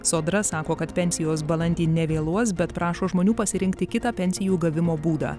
sodra sako kad pensijos balandį nevėluos bet prašo žmonių pasirinkti kitą pensijų gavimo būdą